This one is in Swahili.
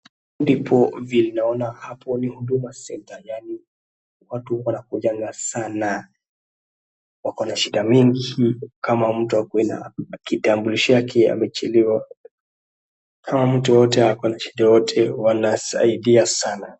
Ndipo hivi naona hapo ni huduma centre yaani watu wanakujanga sana wako na shida mingi kama mtu akuwe na kitambulisho yake imechelewa, kama mtu yeyote ako na shida yeyote wanasaidia sana.